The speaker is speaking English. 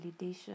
validation